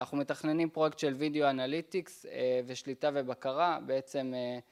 אנחנו מתכננים פרויקט של וידאו אנליטיקס ושליטה ובקרה, בעצם...